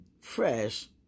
fresh